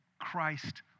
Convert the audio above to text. Christ